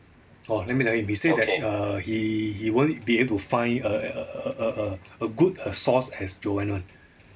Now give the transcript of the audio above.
hor let me handle him he say that err he he won't be able to find a a a a a good err source as joanne [one]